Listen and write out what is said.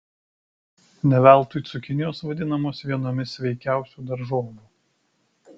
ne veltui cukinijos vadinamos vienomis sveikiausių daržovių